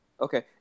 Okay